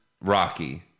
Rocky